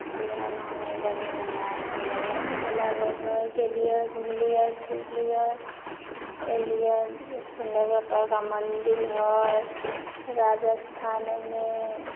लुधियानामे बढ़िऑं बढ़िऑं घूमैमे अच्छा लागै हइ गेलिए घूमलिए फिरलिए अयलिए सुन्दर बड़का बड़का मन्दिर हइ राजस्थानमे